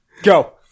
Go